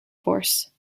force